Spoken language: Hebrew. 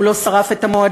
הוא לא שרף את המועדון,